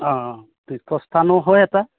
অঁ তীৰ্থস্থানো হয় এটা